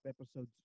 episodes